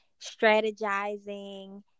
strategizing